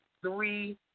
three